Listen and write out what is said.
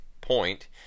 point